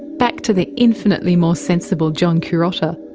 back to the infinitely more sensible john curotta.